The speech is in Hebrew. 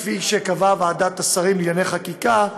כפי שקבעה ועדת השרים לענייני חקיקה,